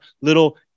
little